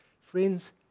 Friends